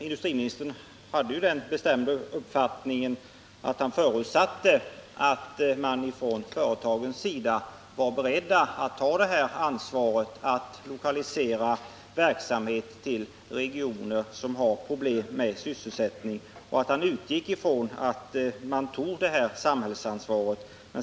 Industriministern hade ju den bestämda uppfattningen att han förutsatte att man från företagens sida var beredd att ta ansvaret att lokalisera verksamhet till regioner som har problem med sysselsättningen. Han utgick ifrån att företagen tog detta samhällsansvar.